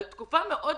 אנחנו,